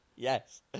Yes